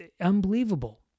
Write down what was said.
unbelievable